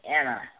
Anna